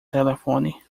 telefone